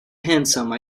handsome